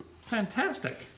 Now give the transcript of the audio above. Fantastic